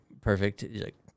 perfect